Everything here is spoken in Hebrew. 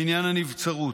בעניין הנבצרות.